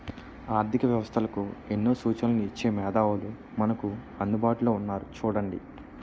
ఆర్థిక వ్యవస్థలకు ఎన్నో సూచనలు ఇచ్చే మేధావులు మనకు అందుబాటులో ఉన్నారు చూడండి